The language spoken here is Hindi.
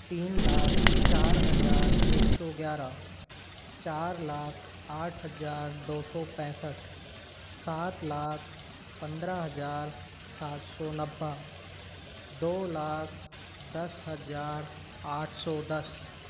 तीन लाख चार हज़ार एक सौ ग्यारह चार लाख आठ हज़ार दो सौ पैंसठ सात लाख पंद्रह हज़ार सात सौ नब्बे दो लाख दस हज़ार आठ सौ दस